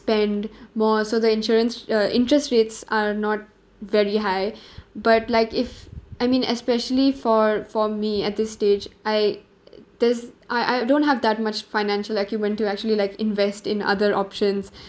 spend more so the insurance uh interest rates are not very high but like if I mean especially for for me at this stage I there's I I don't have that much financial acumen to actually like invest in other options